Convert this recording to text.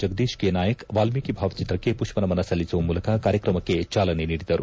Jagadish K Nayak Valmiki ಭಾವಚಿತ್ರಕ್ಷೆ ಪುಷ್ವನಮನ ಸಲ್ಲಿಸುವ ಮೂಲಕ ಕಾರ್ಯಕ್ರಮಕ್ಕೆ ಚಾಲನೆ ನೀಡಿದರು